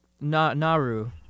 Naru